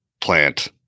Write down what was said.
plant